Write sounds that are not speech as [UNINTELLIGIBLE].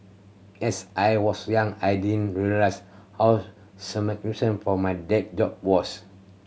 as I was young I didn't realise how [UNINTELLIGIBLE] for my dad job was